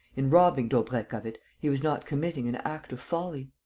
in robbing daubrecq of it, he was not committing an act of folly?